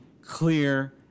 clear